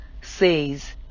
says